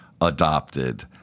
adopted